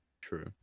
true